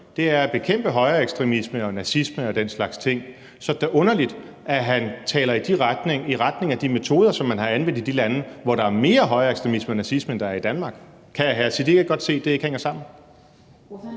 er at bekæmpe højreekstremisme, nazisme og den slags ting, så er det da underligt, at han taler for at bevæge sig i retning af de metoder, som man har anvendt i de lande, hvor der er mere højreekstremisme og nazisme, end der er i Danmark. Kan hr. Sikandar Siddique ikke godt se, at det ikke hænger sammen?